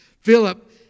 Philip